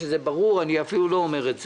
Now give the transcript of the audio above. שזה ברור ואני אפילו לא אומר את זה.